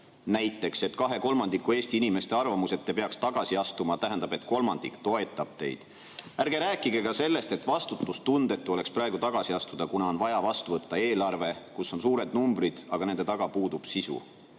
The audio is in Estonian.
Näiteks, et kahe kolmandiku Eesti inimeste arvamus, et te peaks tagasi astuma, tähendab, et kolmandik toetab teid. Ärge rääkige ka sellest, et vastutustundetu oleks praegu tagasi astuda, kuna on vaja vastu võtta eelarve, kus on suured numbrid, aga nende taga puudub sisu.